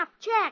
Check